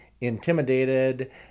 intimidated